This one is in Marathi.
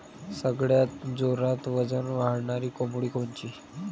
सगळ्यात जोरात वजन वाढणारी कोंबडी कोनची?